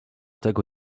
tego